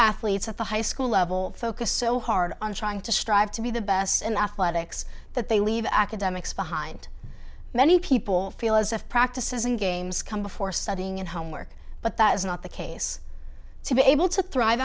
athletes at the high school level focus so hard on trying to strive to be the best in athletics that they leave academics behind many people feel as if practices in games come before studying and homework but that is not the case to be able to thrive